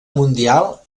mundial